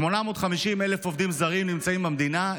850,000 עובדים זרים נמצאים במדינה,